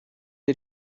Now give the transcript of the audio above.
ihr